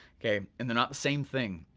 okay? and they're not the same thing.